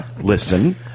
Listen